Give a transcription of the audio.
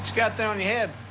got there on your head?